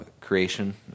creation